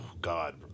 God